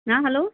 ಹಾಂ ಹಲೋ